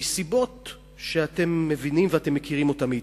מסיבות שאתם מבינים ואתם מכירים אותן היטב.